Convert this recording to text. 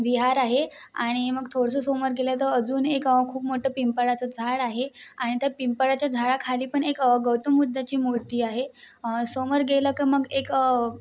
विहार आहे आणि मग थोडंसं समोर गेलं तर अजून एक खूप मोठं पिंपळाचं झाड आहे आणि त्या पिंपळाच्या झाडाखाली पण एक गौतम बुद्धाची मूर्ती आहे समोर गेलं की मग एक